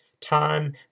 time